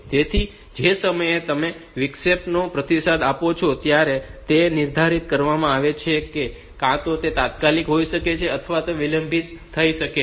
તેથી જે સમયે તમે વિક્ષેપોને પ્રતિસાદ આપો છો ત્યારે તે નિર્ધારિત કરવામાં આવે છે કે કાં તો તે તાત્કાલિક હોઈ શકે છે અથવા વિલંબિત થઈ શકે છે